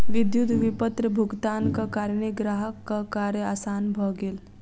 विद्युत विपत्र भुगतानक कारणेँ ग्राहकक कार्य आसान भ गेल